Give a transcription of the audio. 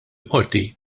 qorti